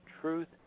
truth